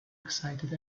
excited